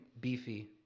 beefy